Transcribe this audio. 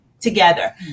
together